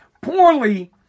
poorly